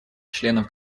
членов